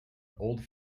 old